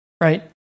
right